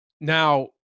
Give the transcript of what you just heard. now